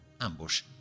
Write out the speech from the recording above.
Ambush